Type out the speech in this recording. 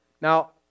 Now